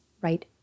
right